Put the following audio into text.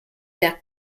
der